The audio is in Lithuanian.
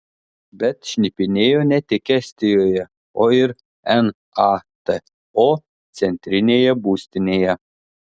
bet šnipinėjo ne tik estijoje o ir nato centrinėje būstinėje